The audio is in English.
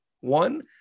one